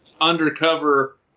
undercover